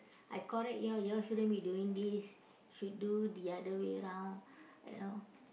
I correct you all you all shouldn't being doing this should do the other way round I know